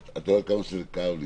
את לא יודעת כמה זה כאב לי